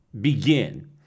begin